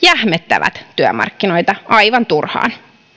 jähmettävät työmarkkinoita aivan turhaan